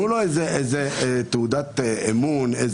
תנו למנהל הבנק איזו תעודת אמון.